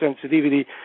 sensitivity